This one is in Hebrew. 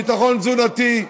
ביטחון תזונתי,